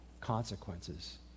consequences